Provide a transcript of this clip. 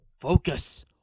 focus